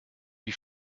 die